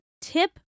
Tip